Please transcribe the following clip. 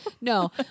No